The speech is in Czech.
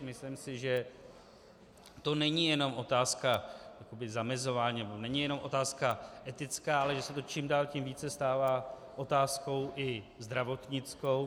Myslím si, že to není jenom otázka zamezování nebo není jenom otázka etická, ale že se to čím dál tím více stává otázkou i zdravotnickou.